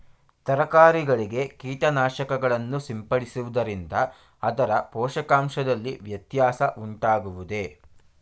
ತರಕಾರಿಗಳಿಗೆ ಕೀಟನಾಶಕಗಳನ್ನು ಸಿಂಪಡಿಸುವುದರಿಂದ ಅದರ ಪೋಷಕಾಂಶದಲ್ಲಿ ವ್ಯತ್ಯಾಸ ಉಂಟಾಗುವುದೇ?